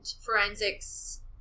forensics